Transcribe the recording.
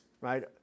right